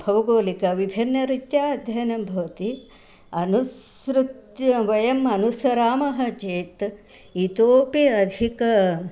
भौगोलिकविभिन्नरित्या अध्ययनं भवति अनुस्सृत्य वयम् अनुसरामः चेत् इतोपि अधिक